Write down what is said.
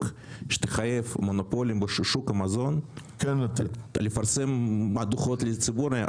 שתחייב מונופולים בשוק המזון לפרסם דוחות לציבור.